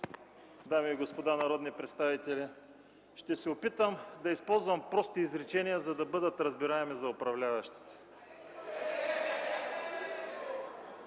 дами и господа народни представители! Ще се опитам да използвам прости изречения, за да бъдат разбираеми за управляващите.